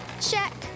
Check